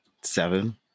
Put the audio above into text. seven